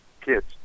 kids